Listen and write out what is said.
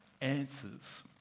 answers